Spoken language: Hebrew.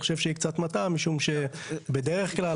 אני חושב שהיא קצת מטעה משום שבדרך כלל,